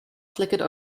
flickered